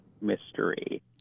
mystery